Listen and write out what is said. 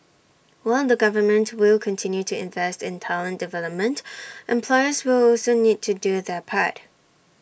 while the government will continue to invest in talent development employers will also need to do their part